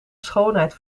schoonheid